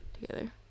together